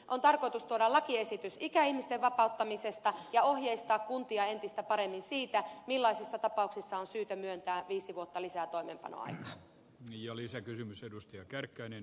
on tarkoitus tuoda lakiesitys ikäihmisten vapauttamisesta ja ohjeistaa kuntia entistä paremmin siitä millaisissa tapauksissa on syytä myöntää viisi vuotta lisää toimeenpanoaikaa